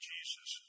Jesus